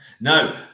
No